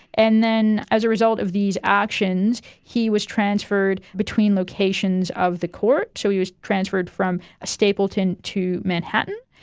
and then as a result of these actions he was transferred between locations of the court, so he was transferred from stapleton to manhattan.